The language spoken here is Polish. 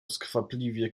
skwapliwie